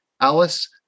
Alice